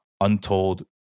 untold